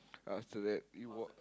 after that we walk